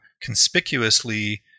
conspicuously